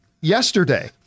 yesterday